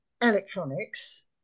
electronics